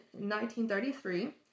1933